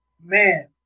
Man